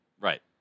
Right